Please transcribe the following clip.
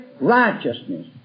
righteousness